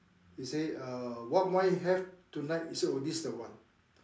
she say uh what wine you have tonight he say oh this is the one